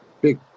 big